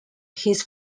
his